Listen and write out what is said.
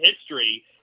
history